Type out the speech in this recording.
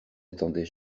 attendais